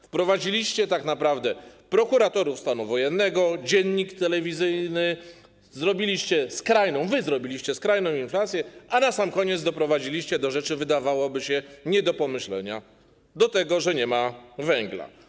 Wprowadziliście tak naprawdę prokuratorów stanu wojennego, Dziennik Telewizyjny, zrobiliście - wy zrobiliście - skrajną inflację, a na sam koniec doprowadziliście do rzeczy, wydawałoby się, nie do pomyślenia - do tego, że nie ma węgla.